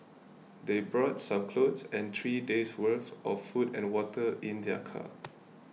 they brought some clothes and three days' worth of food and water in their car